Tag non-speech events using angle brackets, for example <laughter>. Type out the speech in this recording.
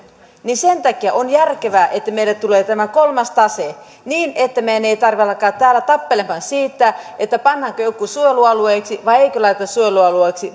sen takia on järkevää että meille tulee tämä kolmas tase niin että meidän ei tarvitse alkaa täällä tappelemaan siitä pannaanko jotkut suojelualueiksi vai eikö laiteta suojelualueiksi <unintelligible>